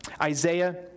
Isaiah